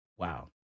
Wow